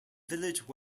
village